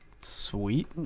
Sweet